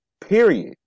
period